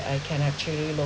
I can actually look